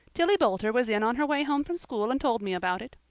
tillie boulter was in on her way home from school and told me about it.